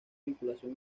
vinculación